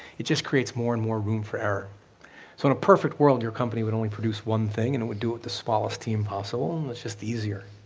it just creates more and more room for error. so in a perfect world, your company would only produce one thing and it would do it with the smallest team possible and it's just easier.